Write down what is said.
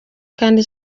kandi